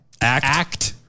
Act